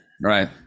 right